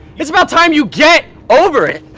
it's about time you get over it!